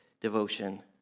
devotion